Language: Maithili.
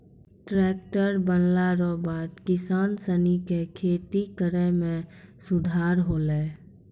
टैक्ट्रर बनला रो बाद किसान सनी के खेती करै मे सुधार होलै